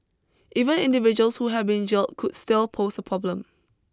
even individuals who have been jailed could still pose a problem